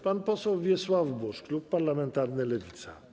Pan poseł Wiesław Buż, klub parlamentarny Lewica.